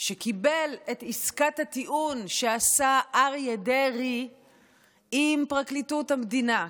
שקיבל את עסקת הטיעון שעשה אריה דרעי עם פרקליטות המדינה.